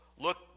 Look